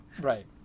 right